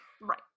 Right